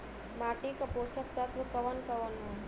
माटी क पोषक तत्व कवन कवन ह?